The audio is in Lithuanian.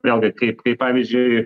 vėlgi kaip kai pavyzdžiui